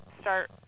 start